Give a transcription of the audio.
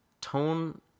tone